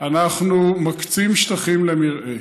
אנחנו מקצים שטחים למרעה,